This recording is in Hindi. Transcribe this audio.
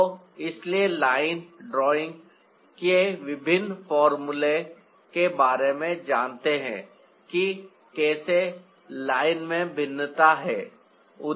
तो चलिए लाइन ड्रॉइंग के विभिन्न फॉर्मूले के बारे में जानते हैं कि कैसे लाइन में भिन्नता है